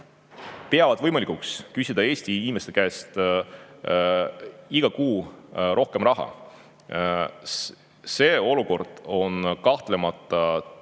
peavad võimalikuks küsida Eesti inimeste käest iga kuu rohkem raha. See olukord on kahtlemata täiesti